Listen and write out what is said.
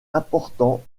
important